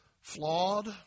flawed